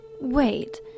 Wait